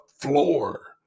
floor